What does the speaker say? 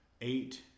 eight